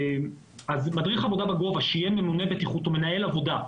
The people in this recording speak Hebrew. אז מדריך עבודה בגובה שיהיה ממונה בטיחות או מנהל עבודה,